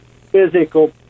physical